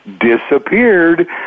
disappeared